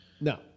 No